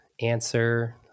answer